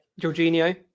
Jorginho